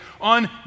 on